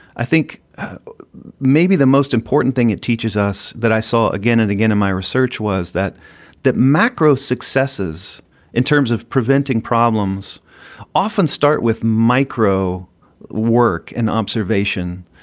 i think maybe the most important thing it teaches us that i saw again and again in my research was that that the macro successes in terms of preventing problems often start with micro work and observation.